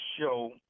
show